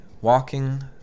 walking